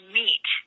meet